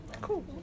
Cool